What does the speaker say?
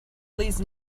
please